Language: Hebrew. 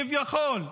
כביכול,